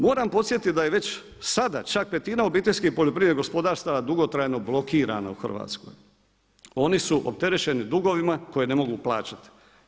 Moram podsjetiti da je već sada čak petina obiteljskih poljoprivrednih gospodarstava dugotrajno blokirano u Hrvatskoj, oni su opterećeni dugovima koje ne mogu plaćati.